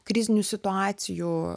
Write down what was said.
krizinių situacijų